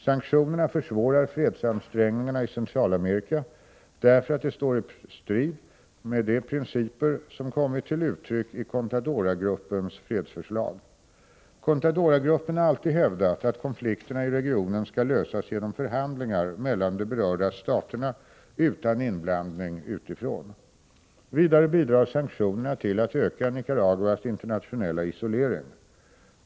Sanktionerna försvårar fredsansträngningarna i Centralamerika därför att de står i strid mot de principer som kommer till uttryck i contadora-gruppens fredsförslag. Contadora-gruppen har alltid hävdat att konflikterna i regionen skall lösas genom förhandlingar mellan de berörda staterna utan inblandning utifrån. Vidare bidrar sanktionerna till att öka Nicaraguas internationella isolering.